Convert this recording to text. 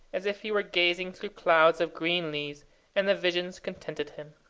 as if he were gazing through clouds of green leaves and the vision contented him.